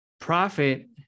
profit